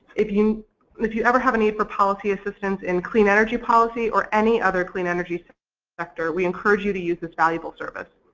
if you if you ever have a need for policy assistance in clean energy policy or any other clean energy sector we encourage you to use this valuable service.